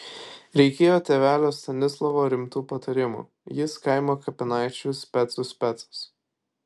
reikėjo tėvelio stanislovo rimtų patarimų jis kaimo kapinaičių specų specas